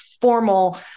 formal